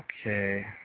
Okay